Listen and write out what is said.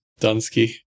Dunsky